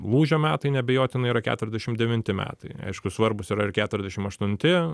lūžio metai neabejotinai yra keturiasdešim devinti metai aišku svarbūs yra ir keturiasdešim aštunti